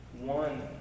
One